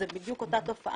זו בדיוק אותה תופעה,